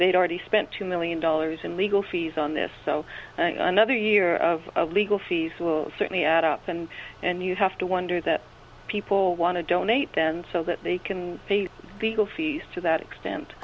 they'd already spent two million dollars in legal fees on this so another year of legal fees will certainly add up and and you have to wonder that people want to donate then so that they can pay the fees to that extent